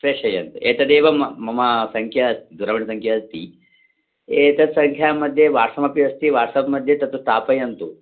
प्रेषयन्तु एतदेव म मम सङ्ख्या दूरवाणीसङ्ख्या अस्ति एतत्सङ्ख्यामध्ये वाट्सप् अपि अस्ति वाट्सप्मध्ये तत् स्थापयन्तु